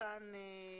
כאן